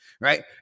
Right